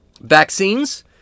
Vaccines